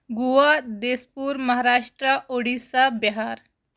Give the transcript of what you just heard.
گوا دیس پوٗر مہاراشٹرٛا اوڈیٖسا بِہار